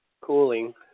cooling